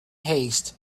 haste